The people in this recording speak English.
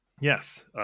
Yes